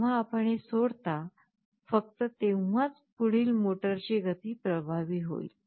जेव्हा आपण हे सोडता फक्त तेव्हाच पुढील मोटरचि गती प्रभावी होईल